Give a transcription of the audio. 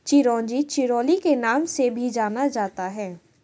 चिरोंजी चिरोली के नाम से भी जाना जाता है